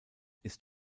ist